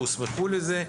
הוסמכו לזה,